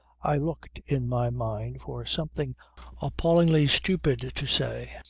i looked in my mind for something appallingly stupid to say,